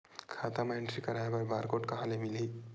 खाता म एंट्री कराय बर बार कोड कहां ले मिलही?